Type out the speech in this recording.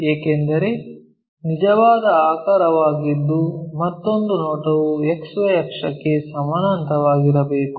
ಏಕೆಂದರೆ ಇದು ನಿಜವಾದ ಆಕಾರವಾಗಿದ್ದು ಮತ್ತೊಂದು ನೋಟವು XY ಅಕ್ಷಕ್ಕೆ ಸಮಾನಾಂತರವಾಗಿರಬೇಕು